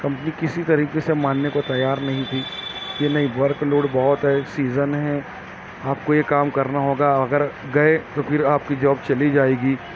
company کسی طریقے سے ماننے کو تیار نہیں تھی کہ نہیں ورک لوڈ بہت ہے سیزن ہے آپ کو یہ کام کرنا ہوگا اور اگر گئے تو پھر آپ کی جاب چلی جائے گی